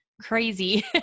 crazy